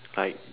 like